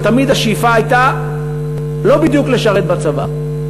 אבל תמיד השאיפה הייתה לא בדיוק לשרת בצבא.